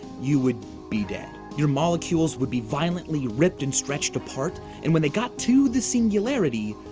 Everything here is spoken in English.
you would be dead. your molecules would be violently ripped and stretched apart, and when they got to the singularity,